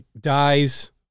dies